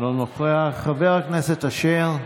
לא נוכח, חבר הכנסת אשר,